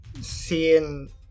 seeing